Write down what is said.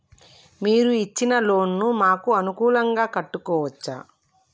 మీరు ఇచ్చిన లోన్ ను మాకు అనుకూలంగా కట్టుకోవచ్చా?